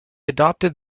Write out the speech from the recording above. adopted